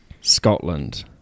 Scotland